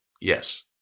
Yes